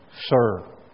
sir